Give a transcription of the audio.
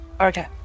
Okay